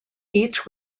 each